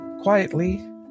quietly